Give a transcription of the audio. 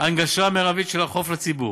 הנגשה מרבית של החוף לציבור,